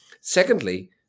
secondly